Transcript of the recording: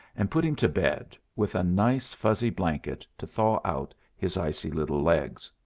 and put him to bed, with a nice fuzzy blanket to thaw out his icy little legs.